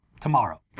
tomorrow